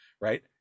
right